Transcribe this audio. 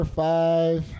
five